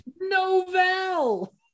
Novel